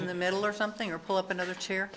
in the middle or something or pull up another chair